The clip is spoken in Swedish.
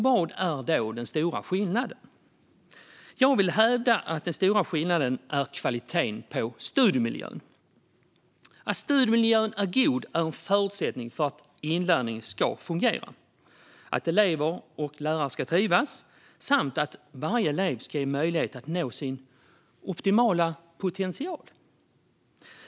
Vad är då den stora skillnaden? Jag vill hävda att den stora skillnaden är kvaliteten på studiemiljön. Att studiemiljön är god är en förutsättning för att inlärning ska fungera, att elever och lärare ska trivas samt att varje elev ges möjlighet att nå sin optimala potential.